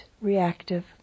reactive